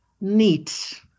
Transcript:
neat